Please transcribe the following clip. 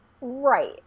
Right